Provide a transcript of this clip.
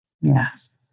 Yes